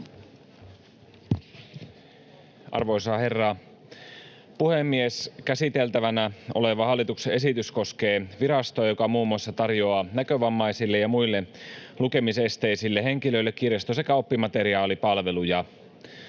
Arvoisa herra puhemies! Käsiteltävänä oleva hallituksen esitys koskee virastoa, joka muun muassa tarjoaa näkövammaisille ja muille lukemisesteisille henkilöille kirjasto- sekä oppimateriaalipalveluja.